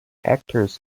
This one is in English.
hectares